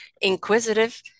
inquisitive